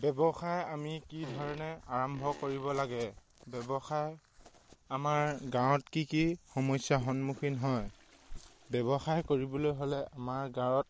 ব্যৱসায় আমি কিধৰণে আৰম্ভ কৰিব লাগে ব্যৱসায় আমাৰ গাঁৱত কি কি সমস্যা সন্মুখীন হয় ব্যৱসায় কৰিবলৈ হ'লে আমাৰ গাঁৱত